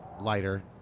lighter